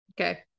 Okay